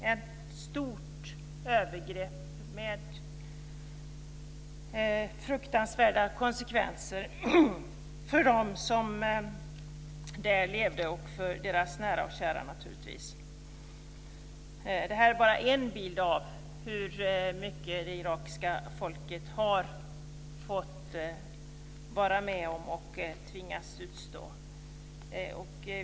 Det var ett stort övergrepp med fruktansvärda konsekvenser för dem som levde där och för deras nära och kära, naturligtvis. Det här är bara en bild av hur mycket det irakiska folket har fått vara med om och tvingats utstå.